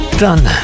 done